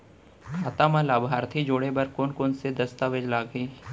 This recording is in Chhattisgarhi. खाता म लाभार्थी जोड़े बर कोन कोन स दस्तावेज लागही?